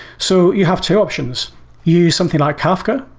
so you have two options. you use something like kafka,